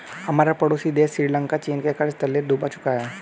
हमारा पड़ोसी देश श्रीलंका चीन के कर्ज तले डूब चुका है